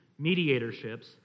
mediatorships